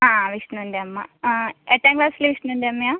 ആ വിഷ്ണുവിൻ്റെ അമ്മ ആ എട്ടാം ക്ലാസ്സിലെ വിഷ്ണുവിൻ്റെ അമ്മയാ